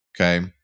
okay